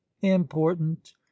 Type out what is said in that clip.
important